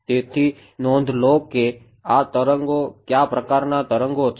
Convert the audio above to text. તેથી નોંધી લો કે આ તરંગો કયા પ્રકારના તરંગો છે